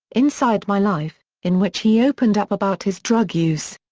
inside my life, in which he opened up about his drug use.